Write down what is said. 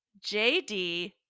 JD